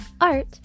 art